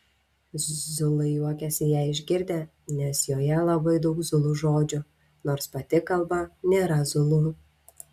zulai juokėsi ją išgirdę nes joje labai daug zulų žodžių nors pati kalba nėra zulų